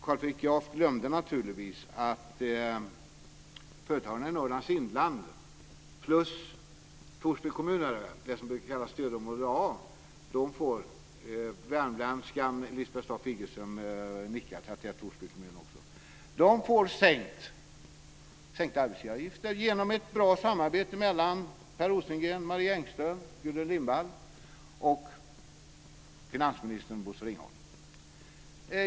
Carl Fredrik Graf glömde naturligtvis att företagen i Norrlands inland plus i Torsby kommun, det som brukar kallas stödområde A, får sänkta arbetsgivaravgifter genom ett bra samarbete mellan Per Rosengren, Marie Engström, Gudrun Lindvall och finansminister Bosse Ringholm.